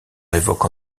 évoque